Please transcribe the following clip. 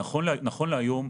נכון להיום,